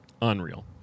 Unreal